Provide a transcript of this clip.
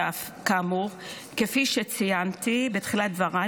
כפי שציינתי בתחילת דבריי,